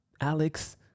Alex